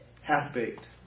half-baked